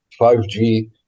5G